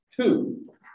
Two